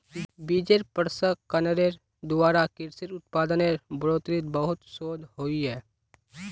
बिजेर प्रसंस्करनेर द्वारा कृषि उत्पादेर बढ़ोतरीत बहुत शोध होइए